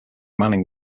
manning